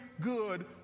good